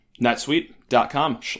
netsuite.com